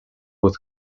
with